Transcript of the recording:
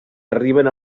arriben